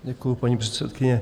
Děkuji, paní předsedkyně.